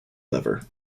lever